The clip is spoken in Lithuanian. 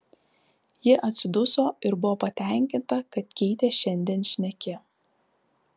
ji atsiduso ir buvo patenkinta kad keitė šiandien šneki